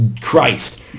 Christ